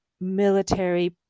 military